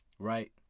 Right